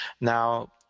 Now